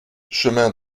chemin